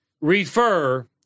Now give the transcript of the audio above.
refer